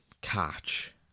catch